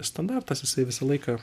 standartas jisai visą laiką